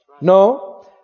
No